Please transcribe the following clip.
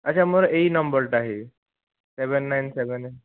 ଆଚ୍ଛା ମୋର ଏଇ ନମ୍ବରଟା ହେଇ ସେଭେନ ନାଇନ୍ ସେଭେନ